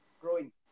growing